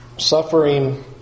Suffering